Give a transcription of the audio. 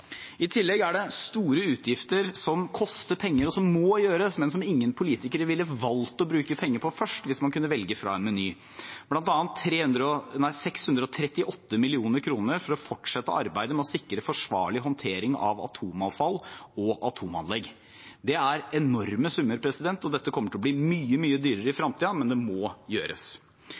I tillegg er det store utgifter i forbindelse med alt det som koster penger og må gjøres, men som ingen politikere ville ha valgt å bruke penger på først, hvis man kunne velge fra en meny, bl.a. 638 mill. kr for å fortsette arbeidet med å sikre forsvarlig håndtering av atomavfall og atomanlegg. Det er enorme summer, og dette kommer til å bli mye, mye dyrere i fremtiden, men det må gjøres.